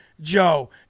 Joe